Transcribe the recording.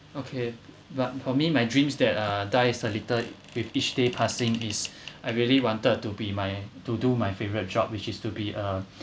okay but for me my dreams that uh dies a little with each day passing is I really wanted to be my to do my favourite job which is to be a